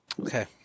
Okay